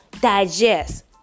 digest